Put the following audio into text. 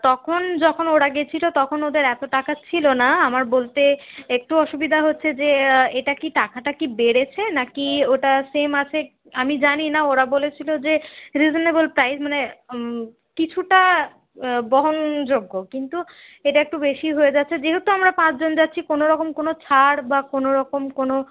তখন যখন ওরা গেছিল তখন ওদের এত টাকা ছিল না আমার বলতে একটু অসুবিধা হচ্ছে যে এটা কি টাকাটা কি বেড়েছে নাকি ওটা সেম আছে আমি জানি না ওরা বলেছিল যে রিজনেবেল প্রাইস মানে কিছুটা বহনযোগ্য কিন্তু এটা একটু বেশিই হয়ে যাচ্ছে যেহেতু আমরা পাঁচজন যাচ্ছি কোনোরকম কোনো ছাড় বা কোনোরকম কোনো